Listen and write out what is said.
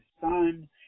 son